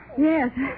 Yes